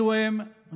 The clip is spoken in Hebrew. אלו רק דוגמאות